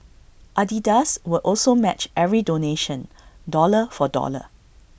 Adidas will also match every donation dollar for dollar